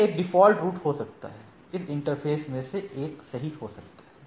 यह एक default route हो सकता है इस इंटरफ़ेसमें से एक सही हो सकता है